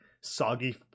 soggy